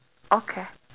okay